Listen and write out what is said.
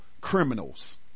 criminals